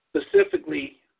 specifically